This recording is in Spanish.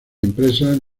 empresas